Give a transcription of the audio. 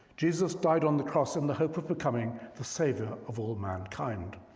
jesus died on the cross in the hope of becoming the savior of all mankind.